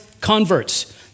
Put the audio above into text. converts